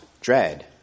dread